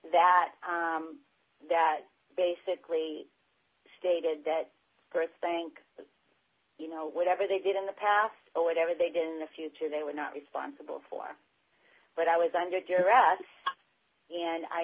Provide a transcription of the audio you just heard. that that basically stated that think you know whatever they did in the past or whatever they did in the future they were not responsible for but i was under duress and i